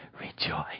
rejoice